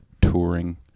touring